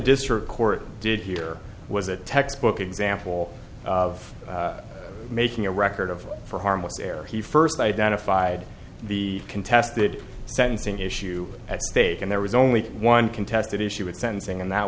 district court did here was a textbook example of making a record of for harmless error he first identified the contested sentencing issue at stake and there was only one contested issue at sentencing and that